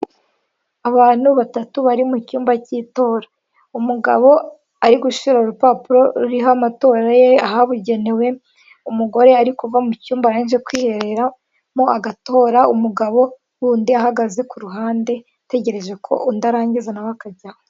Abantu batatu bari mu cyumba cy'itora. Umugabo ari gushyira urupapuro ruriho amatora ye ahabugenewe, umugore ari kuva mu cyumba yaje kwihereramo agatora, umugabo wundi ahagaze ku ruhande, ategereje ko undi arangiza, na we akajyaho